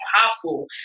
powerful